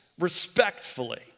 respectfully